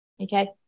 okay